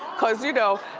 cause you know,